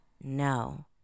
no